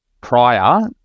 prior